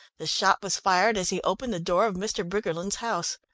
the shot was fired as he opened the door of mr. briggerland's house.